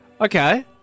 Okay